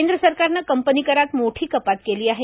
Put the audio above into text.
केंद्र सरकारनं कंपनी करात मोठी कपात केली आहे